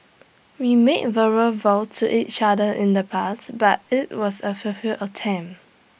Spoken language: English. we made vows to each other in the past but IT was A fulfil attempt